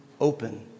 open